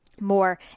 more